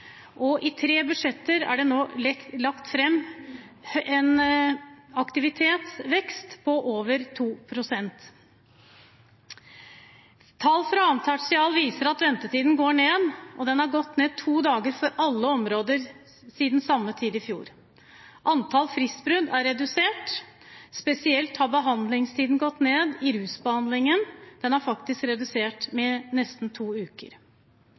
aktivitet. I tre budsjetter er det lagt fram en aktivitetsvekst på over 2 pst. Tall fra 2. tertial viser at ventetiden går ned, og den har gått ned to dager for alle områder siden samme tid i fjor. Antall fristbrudd er redusert. Spesielt har behandlingstiden i rusbehandlingen gått ned – den er faktisk redusert med nesten to uker.